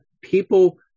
people